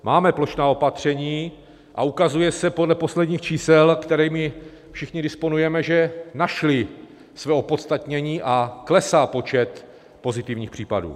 Máme plošná opatření a ukazuje se podle posledních čísel, kterými všichni disponujeme, že našla své opodstatnění a klesá počet pozitivních případů.